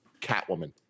Catwoman